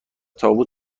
طاووس